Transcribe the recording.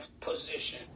position